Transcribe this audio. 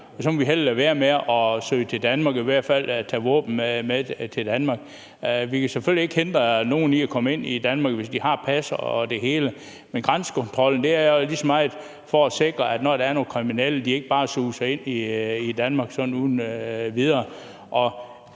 så må vi hellere lade være med at søge til Danmark eller i hvert fald lade være med at tage våben med til Danmark? Vi kan selvfølgelig ikke hindre nogen i at komme ind i Danmark, hvis de har pas og det hele, men grænsekontrollen er lige så meget for at sikre, at kriminelle ikke bare suser ind i Danmark sådan uden videre.